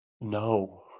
No